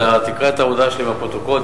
אתה תקרא את ההודעה שלי בפרוטוקול,